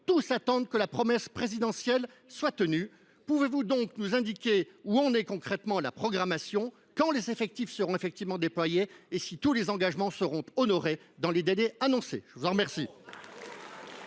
tous attendent que la promesse présidentielle soit tenue. Pouvez vous nous indiquer où en est concrètement la programmation, quand les effectifs seront déployés et si tous les engagements seront honorés dans les délais annoncés ? La parole est à M.